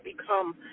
become